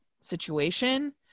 situation